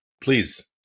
please